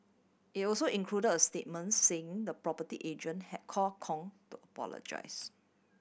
it also include a statement saying the property agent had call Kong to apologise